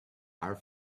are